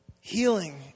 Healing